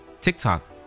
TikTok